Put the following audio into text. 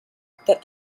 that